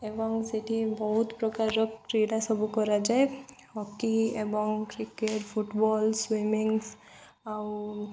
ଏବଂ ସେଠି ବହୁତ ପ୍ରକାରର କ୍ରୀଡ଼ା ସବୁ କରାଯାଏ ହକି ଏବଂ କ୍ରିକେଟ୍ ଫୁଟବଲ୍ ସୁଇମିଂ ଆଉ